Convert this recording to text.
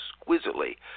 exquisitely